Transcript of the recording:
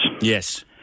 Yes